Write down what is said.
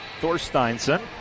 Thorsteinson